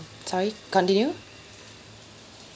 sorry continue